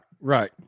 Right